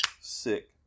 sick